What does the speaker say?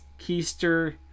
keister